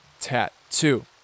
tattoo